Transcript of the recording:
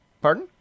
Pardon